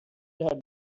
had